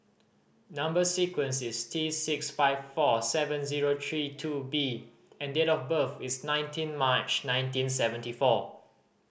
number sequence is T six five four seven zero three two B and date of birth is nineteen March nineteen seventy four